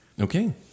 Okay